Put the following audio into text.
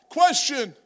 question